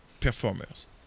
performers